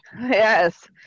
yes